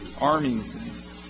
armies